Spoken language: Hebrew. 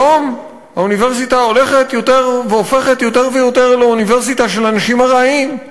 היום האוניברסיטה הולכת והופכת יותר ויותר לאוניברסיטה של אנשים ארעיים.